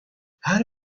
her